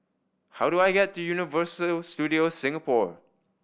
how do I get to Universal Studios Singapore